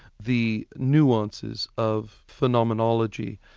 the nuances of phenomenology,